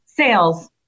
Sales